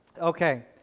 Okay